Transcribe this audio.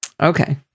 Okay